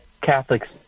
Catholics